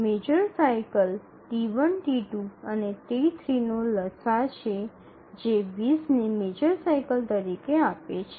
major cycle T1 T2 અને T3 નો લસાઅ છે જે ૨0 ને મેજર સાઇકલ તરીકે આપે છે